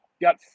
Got